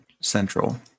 Central